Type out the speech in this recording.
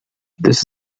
this